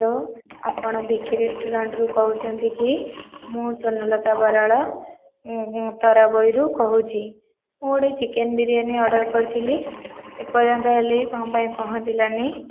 hello ଆପଣ ବିକି ରେଷ୍ଟୁରାଣ୍ଟରୁ କହୁଛନ୍ତି କି ମୁଁ ସ୍ୱର୍ଣ୍ଣଲତା ବରାଳ ମୁଁ ଉତ୍ତରାବଇରୁ କହୁଛି ମୁଁ ଗୋଟିଏ ଚିକେନ ବିରିୟାନି ଅର୍ଡ଼ର କରିଥିଲି ଏପର୍ଯ୍ୟନ୍ତ ହେଲେ କ'ଣ ପାଇଁ ପହଁଞ୍ଚିଲାନି